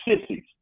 sissies